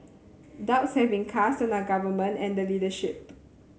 doubts have been cast on our Government and the leadership